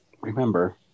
remember